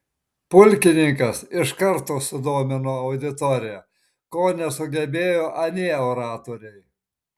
pulkininkas iš karto sudomino auditoriją ko nesugebėjo anie oratoriai